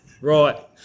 Right